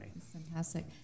Fantastic